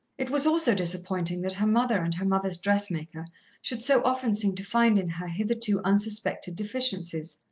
it was also disappointing that her mother and her mother's dressmaker should so often seem to find in her hitherto unsuspected deficiencies.